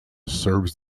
serves